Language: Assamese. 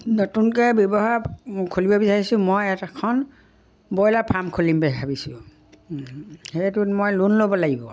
নতুনকে ব্যৱহাৰ খুলিব বিচাৰিছোঁ মই এখন ব্ৰইলাৰ ফাৰ্ম খুলিম বুলি ভাবিছোঁ সেইটোত মই লোন ল'ব লাগিব